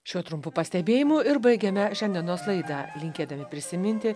šiuo trumpu pastebėjimu ir baigėme šiandienos laidą linkėdami prisiminti